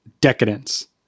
decadence